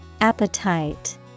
Appetite